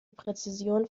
präzision